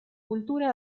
cultura